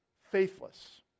Faithless